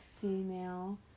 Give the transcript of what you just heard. female